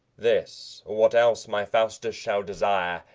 this, or what else my faustus shall desire,